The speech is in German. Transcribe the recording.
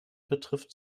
betrifft